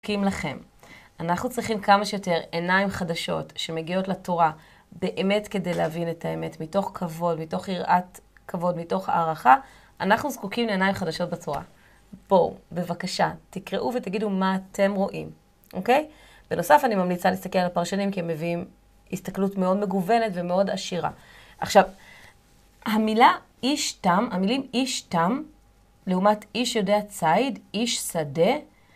אנחנו זקוקים לכם. אנחנו צריכים כמה שיותר עיניים חדשות שמגיעות לתורה באמת כדי להבין את האמת, מתוך כבוד, מתוך יראת כבוד, מתוך הערכה, אנחנו זקוקים לעיניים חדשות בתורה. בואו, בבקשה, תקראו ותגידו מה אתם רואים, אוקיי? בנוסף, אני ממליצה להסתכל על הפרשנים כי הם מביאים הסתכלות מאוד מגוונת ומאוד עשירה. עכשיו, המילה איש תם, המילים איש תם לעומת איש יודע צייד, איש שדה.